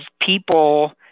people